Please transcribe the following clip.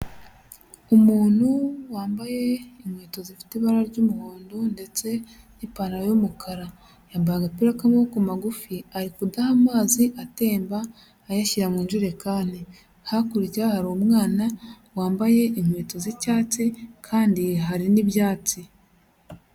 Umuntu wambaye inkweto zifite ibara ry'umuhondo ndetse n'ipantaro y'umukara, yambaye agapira k'amaboko magufi ari kudaha amazi atemba ayashyira mu ijerekani, hakurya hari umwana wambaye inkweto z'icyatsi kandi hari n'ibyatsi.